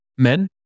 Men